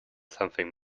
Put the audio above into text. something